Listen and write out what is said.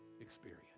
experience